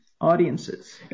audiences